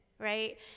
right